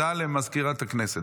הודעה לסגנית מזכיר הכנסת,